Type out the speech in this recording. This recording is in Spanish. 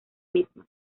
misma